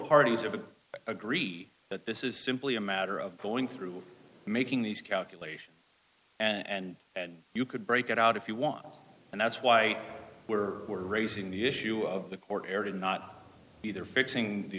parties are agreed that this is simply a matter of going through making these calculations and you could break it out if you want and that's why we're we're raising the issue of the court area not either fixing the